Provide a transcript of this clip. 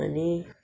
आनी